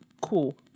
cool